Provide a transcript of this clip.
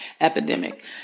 epidemic